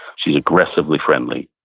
she's aggressively friendly.